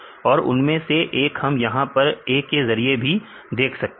और उनमें से एक हम यहां पर A के जरिए भी देख सकते हैं